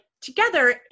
together